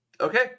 Okay